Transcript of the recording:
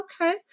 okay